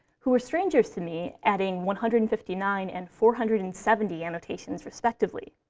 who were strangers to me, adding one hundred and fifty nine and four hundred and seventy annotations, respectively.